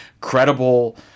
credible